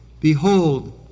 behold